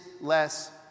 less